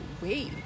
wait